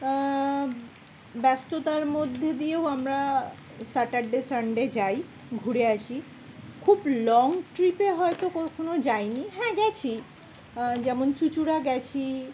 ব্যস্ততার মধ্যে দিয়েও আমরা স্যাটারডে সানডে যাই ঘুরে আসি খুব লং ট্রিপে হয়তো কখনও যায়নি হ্যাঁ গেছি যেমন চুঁচুড়া গেছি